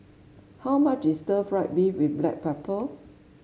how much is Stir Fried Beef with Black Pepper